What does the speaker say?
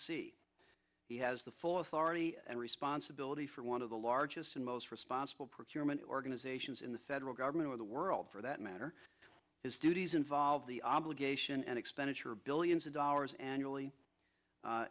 c he has the full authority and responsibility for one of the largest and most responsible procurement organizations in the federal government of the world for that matter his duties involve the obligation and expenditure of billions of dollars annually